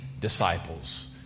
disciples